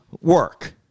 work